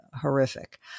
horrific